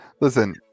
Listen